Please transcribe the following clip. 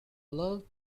loved